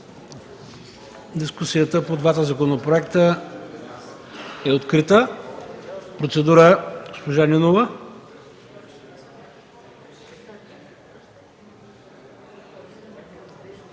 дискусията по двата законопроекта е открита. За процедура – госпожа Нинова.